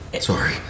sorry